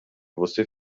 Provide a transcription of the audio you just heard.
você